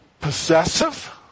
possessive